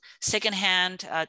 secondhand